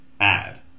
Add